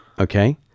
okay